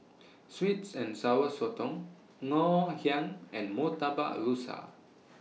Sweets and Sour Sotong Ngoh Hiang and Murtabak Rusa